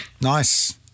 Nice